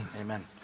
Amen